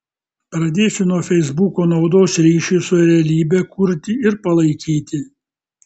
pradėsiu nuo feisbuko naudos ryšiui su realybe kurti ir palaikyti